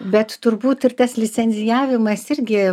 bet turbūt ir tas licencijavimas irgi